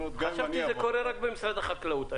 חשבתי שזה קורה רק במשרד החקלאות.